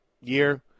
year